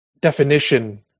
definition